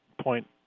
point